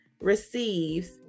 receives